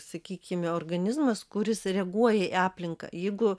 sakykime organizmas kuris reaguoja į aplinką jeigu